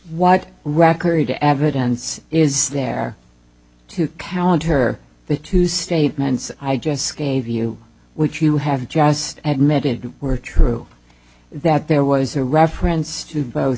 what record evidence is there to counter the two statements i just gave you which you have just admitted were true that there was a reference to both